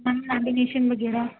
میم بائنڈینیشن وغیرہ